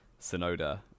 Sonoda